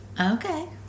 Okay